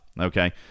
okay